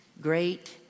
great